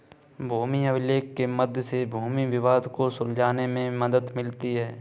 भूमि अभिलेख के मध्य से भूमि विवाद को सुलझाने में मदद मिलती है